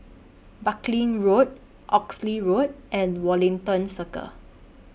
Buckley Road Oxley Road and Wellington Circle